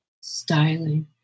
styling